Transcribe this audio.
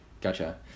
gotcha